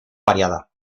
variada